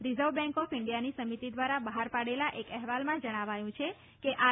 reserve bank of ઇન્ડિયાની સમિતિ દ્વારા બહાર પાડેલા એક અહેવાલમાં જણાવાયું છે કે આર